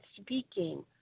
speaking